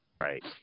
Right